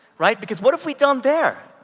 right, because what have we done there?